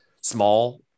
small